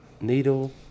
Needle